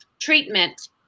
treatment